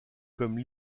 comme